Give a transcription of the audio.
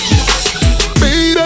Baby